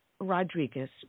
Rodriguez